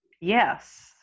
Yes